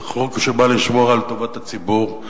זה חוק שבא לשמור על טובת הציבור,